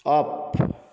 up